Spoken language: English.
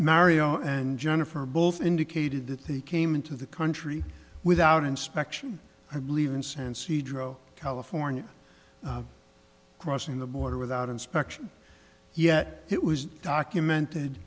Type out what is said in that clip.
mario and jennifer are both indicated that they came into the country without inspection i believe in cincy dro california crossing the border without inspection yet it was documented